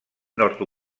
nord